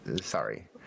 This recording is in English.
sorry